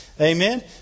Amen